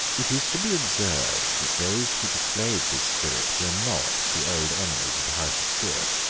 it is to be observed that those who displayed this spirit were not the old enemies of the house of stuart.